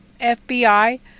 FBI